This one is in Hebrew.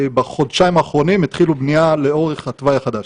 בחודשיים האחרונים התחילו בנייה לאורך התוואי החדש.